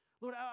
Lord